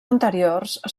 anteriors